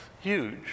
huge